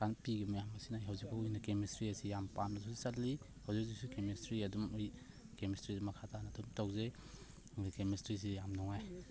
ꯄꯤꯈꯤꯕ ꯃꯌꯥꯝ ꯑꯁꯤꯅ ꯍꯧꯖꯤꯛ ꯐꯥꯎꯒꯤ ꯑꯣꯏꯅ ꯀꯦꯃꯤꯁꯇ꯭ꯔꯤ ꯑꯁꯤ ꯌꯥꯝ ꯄꯥꯝꯅꯁꯨ ꯆꯠꯂꯤ ꯍꯧꯖꯤꯛ ꯍꯧꯖꯤꯛꯁꯨ ꯀꯦꯃꯤꯁꯇ꯭ꯔꯤ ꯑꯗꯨꯝ ꯑꯩ ꯀꯦꯃꯤꯁꯇ꯭ꯔꯤꯗꯨ ꯃꯈꯥ ꯇꯥꯅ ꯑꯗꯨꯝ ꯇꯧꯖꯩ ꯑꯗꯒꯤ ꯀꯦꯃꯤꯁꯇ꯭ꯔꯤ ꯑꯁꯤ ꯌꯥꯝ ꯅꯨꯡꯉꯥꯏ